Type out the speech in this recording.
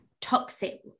toxic